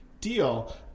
deal